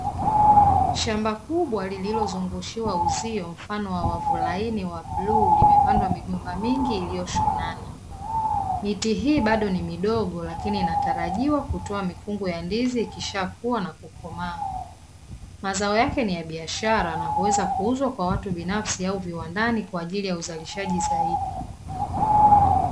Shamba kubwa lililozungushiwa uzio mfano wa uzi laini wa bluu, limepandwa migomba mingi na iliyoshonana, miti hii bado ni midogo lakini inatarajiwa kutoa mikungu ya ndizi ikisha kua na kukomaa, mazao yake ni yake ni ya biashara huweza kuuzwa kwa watu binafsi au viwandani kwa ajili ya uzalishaji zaidi.